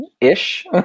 ish